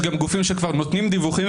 יש גם גופים שכבר נותנים דיווחים,